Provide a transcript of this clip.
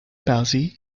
palsy